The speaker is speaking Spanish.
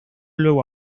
luego